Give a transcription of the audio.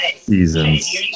seasons